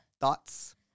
Thoughts